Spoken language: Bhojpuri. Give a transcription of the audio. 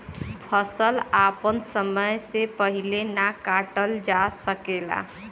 फसल आपन समय से पहिले ना काटल जा सकेला